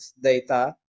data